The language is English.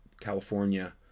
California